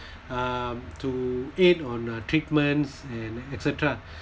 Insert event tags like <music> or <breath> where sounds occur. uh to aid on uh treatments and et cetera <breath>